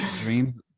Dreams